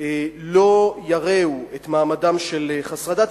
לא ירעו את מעמדם של חסרי הדת,